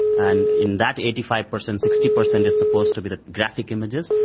and in that eighty five percent, sixty percent is supposed to be the graphic images,